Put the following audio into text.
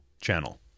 channel